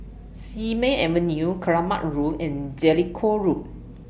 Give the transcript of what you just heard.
Simei Avenue Keramat Road and Jellicoe Road